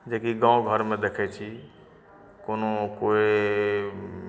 जेकि गाम घरमे देखै छी कोनो कोइ